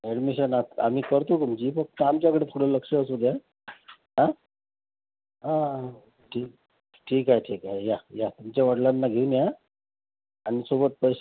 admission आ आम्ही करतो तुमची फक्त आमच्याकडे थोडं लक्ष असू द्या हा हा ठीक ठीक आहे ठीक आहे या या तुमच्या वडिलांना घेऊन या आणि सोबत पैसे